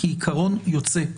כעיקרון יוצא.